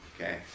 Okay